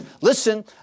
listen